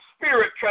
spirit